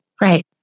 Right